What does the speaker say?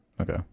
Okay